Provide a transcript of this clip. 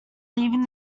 leaving